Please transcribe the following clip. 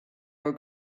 were